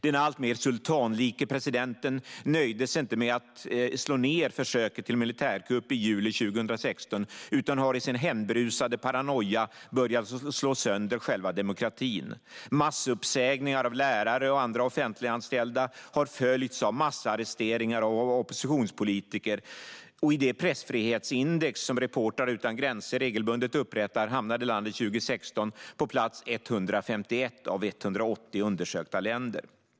Den alltmer sultanlike presidenten nöjde sig inte med att slå ned försöket till militärkupp i juli 2016 utan har i sin hämndberusade paranoia börjat slå sönder själva demokratin. Massuppsägningar av lärare och andra offentliganställda har följts av massarresteringar av oppositionspolitiker, och i det pressfrihetsindex som Reportrar utan gränser regelbundet upprättar hamnade landet 2016 på plats 151 av 180 undersökta länder.